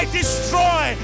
destroy